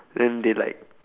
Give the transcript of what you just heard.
then they like